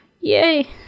Yay